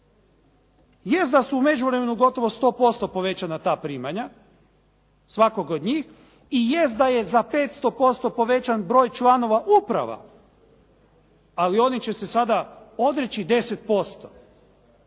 Jest da su u međuvremenu gotovo 100% povećanja ta primanja svakog od njih i jest da je za 500% povećan broj članova uprava, ali oni će se sada odreći 10%.